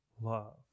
love